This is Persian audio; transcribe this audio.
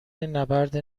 نبرد